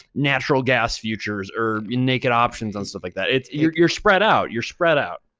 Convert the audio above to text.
natural gas futures or in naked options on stuff like that. it's, you're you're spread out. you're spread out.